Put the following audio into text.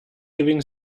giving